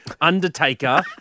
undertaker